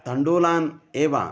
तण्डुलान् एव